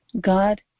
God